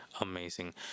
amazing